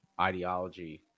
ideology